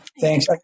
Thanks